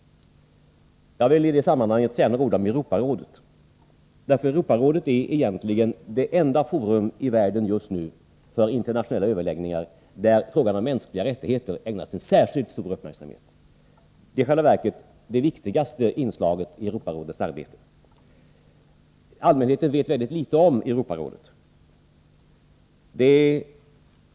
Jag vill i detta sammanhang säga några ord om Europarådet. Europarådet är egentligen det enda forum i världen just nu för internationella överläggningar där frågan om mänskliga rättigheter ägnas särskilt stor uppmärksamhet. I själva verket är detta det viktigaste inslaget i Europarådets arbete. Allmänheten vet mycket litet om Europarådet.